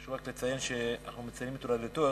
חשוב רק לציין שאנחנו מציינים את הולדתו.